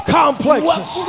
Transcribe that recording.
complexes